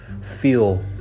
feel